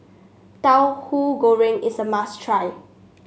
Tauhu Goreng is a must try